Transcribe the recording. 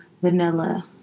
vanilla